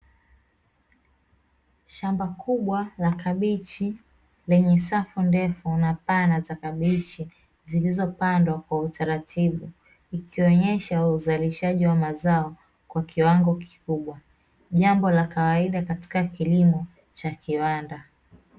Shamba kumbwa la kabichi lenye safu ndefu, na pana za kabichi zilizo pandwa kwa utaratibu.